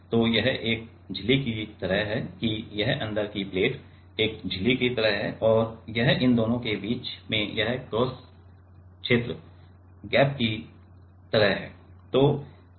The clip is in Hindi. तो यह एक झिल्ली की तरह है कि यह अंदर की प्लेट एक झिल्ली की तरह है और यह इन दोनों के बीच में यह क्रॉस क्षेत्र गैप की तरह है